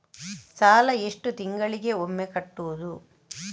ಸಾಲ ಎಷ್ಟು ತಿಂಗಳಿಗೆ ಒಮ್ಮೆ ಕಟ್ಟುವುದು?